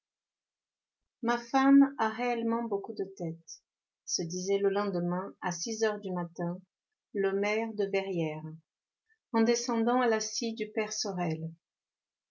ma femme a réellement beaucoup de tête se disait le lendemain à six heures du matin le maire de verrières en descendant à la scie du père sorel